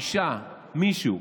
אישה, מישהו,